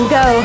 go